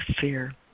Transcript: fear